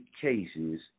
cases